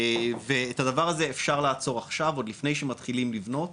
את הדבר הזה אפשר לעצור עכשיו עוד לפני שמתחילים לבנות.